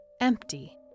Empty